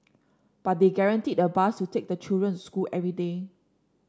but they guaranteed a bus to take the children school every day